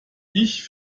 ich